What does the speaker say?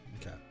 Okay